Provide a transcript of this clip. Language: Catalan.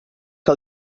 que